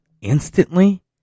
instantly